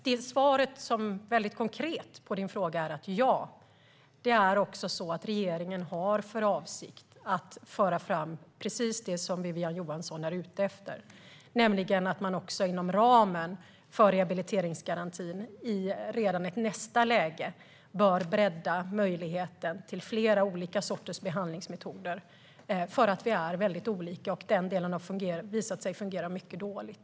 Det väldigt konkreta svaret på frågan är dock: Ja, regeringen har för avsikt att föra fram precis det Wiwi-Anne Johansson är ute efter, det vill säga att man också inom ramen för rehabiliteringsgarantin redan i ett nästa läge bör bredda möjligheten till flera olika sorters behandlingsmetoder. Vi är nämligen olika, och den delen har visat sig fungera mycket dåligt.